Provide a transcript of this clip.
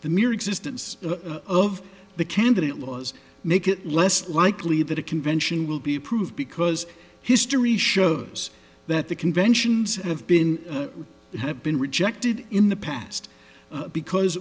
the mere existence of the candidate laws make it less likely that a convention will be approved because history shows that the conventions have been have been rejected in the past because